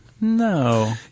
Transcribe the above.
No